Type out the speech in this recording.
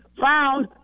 found